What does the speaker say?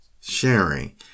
sharing